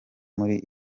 muri